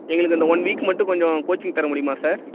எங்களுக்கு இந்த one week மட்டும் கொஞ்சம் கோச்சிங் தரமுடியுமா சார்